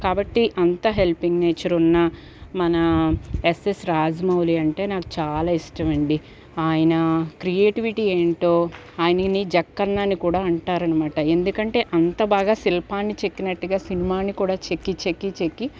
కాబట్టి అంత హెల్పింగ్ నేచరున్న మన ఎస్ఎస్ రాజ్మౌళి అంటే నాకు చాలా ఇష్టమండి ఆయన క్రియేటివిటీ ఏమిటో ఆయనిని జక్కన్న అని కూడా అంటారనమాట ఎందుకంటే అంత బాగా శిల్పాన్ని చెక్కినట్టుగ సినిమాని కూడా చెక్కి చెక్కి చెక్కి